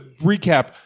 recap